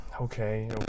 Okay